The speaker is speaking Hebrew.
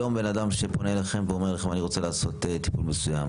היום בן אדם שפונה אליכם ואומר לכם אני רוצה לעשות טיפול מסוים,